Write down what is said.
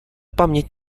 paměť